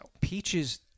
Peaches